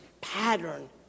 pattern